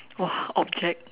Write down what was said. !wah! object